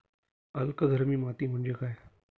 अल्कधर्मी माती म्हणजे काय?